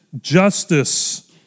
justice